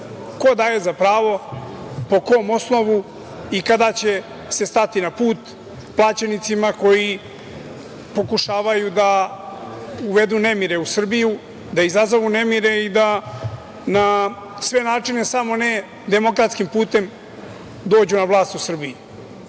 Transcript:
daje za pravo, po kom osnovu i kada će se stati na put plaćenicima koji pokušavaju da uvedu nemire u Srbiju, da izazovu nemire i da na sve načine, samo ne demokratskim putem, dođu na vlast u Srbiji?